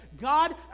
God